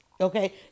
Okay